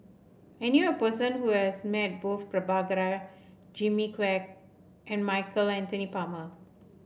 I knew a person who has met both Prabhakara Jimmy Quek and Michael Anthony Palmer